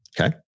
Okay